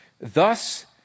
Thus